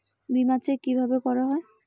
বিমা চেক কিভাবে করা হয়?